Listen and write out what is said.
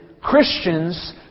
Christians